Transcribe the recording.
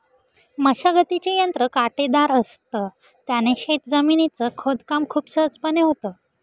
मशागतीचे यंत्र काटेदार असत, त्याने शेत जमिनीच खोदकाम खूप सहजपणे होतं